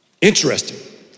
Interesting